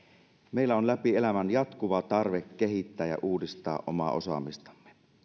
meillä on läpi elämän jatkuva tarve kehittää ja uudistaa omaa osaamistamme